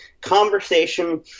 conversation